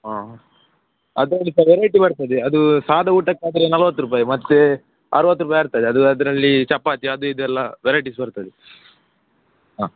ಹಾಂ ಅದರಲ್ಲಿ ಸಹ ವೆರೈಟಿ ಬರ್ತದೆ ಅದು ಸಾದಾ ಊಟಕ್ಕಾದ್ರೆ ನಲವತ್ತು ರೂಪಾಯಿ ಮತ್ತೆ ಅರವತ್ತು ರೂಪಾಯಿ ಆಗ್ತದೆ ಅದು ಅದರಲ್ಲಿ ಚಪಾತಿ ಅದು ಇದೆಲ್ಲ ವೆರೈಟಿಸ್ ಬರ್ತದೆ ಹಾಂ